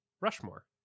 Rushmore